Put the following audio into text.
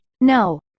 No